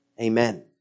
Amen